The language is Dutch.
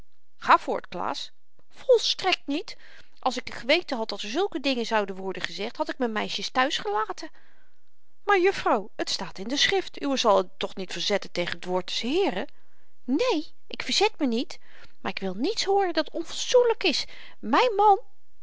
ga voort klaas volstrekt niet als ik geweten had dat er zulke dingen zouden worden gezegd had ik myn meisjes thuis gelaten maar jufvrouw t staat in de schrift uwe zal u toch niet verzetten tegen t woord des heeren né ik verzet me niet maar ik wil niets hooren dat onfatsoenlyk is myn man